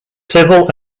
civil